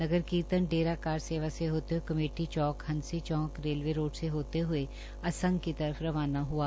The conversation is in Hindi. नगर कीर्तन डेरा कार सेवा से होते हुए committee Chowk Hansi Chowk railway road से होते हुए असंध की तरफ रवाना हआ